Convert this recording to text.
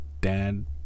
dad